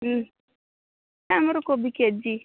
ଆମର କୋବି କେଜି